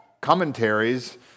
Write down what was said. commentaries